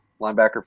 linebacker